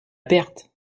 perte